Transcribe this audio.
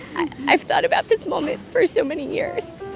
i've thought about this moment for so many years